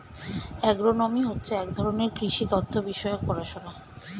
agronomy হচ্ছে এক ধরনের কৃষি তথ্য বিষয়ক পড়াশোনা